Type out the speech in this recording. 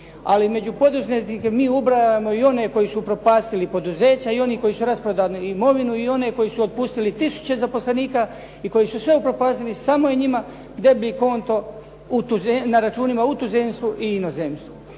Ali među poduzetnike mi ubrajamo i one koji su upropastili poduzeća i oni koji su rasprodali imovinu i one koji su otpustili tisuće zaposlenika i koji su sve upropastili, samo je njima deblji konto na računima u tuzemstvu i inozemstvu.